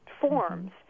forms